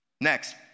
Next